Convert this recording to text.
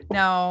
no